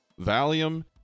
Valium